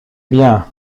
bien